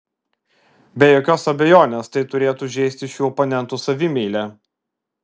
be jokios abejonės tai turėtų žeisti šių oponentų savimeilę